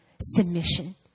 submission